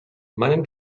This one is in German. meinen